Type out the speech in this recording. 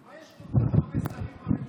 למה יש כל כך הרבה שרים בממשלה,